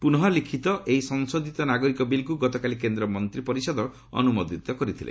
ପୁନଃ ଳିଖିତ ଏହି ସଂଶୋଧିତ ନାଗରିକ ବିଲ୍କୁ ଗତକାଲି କେନ୍ଦ୍ର ମନ୍ତ୍ରୀପରିଷଦ ଅନୁମୋଦିତ କରିଥିଲେ